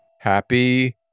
Happy